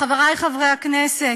חברי חברי הכנסת,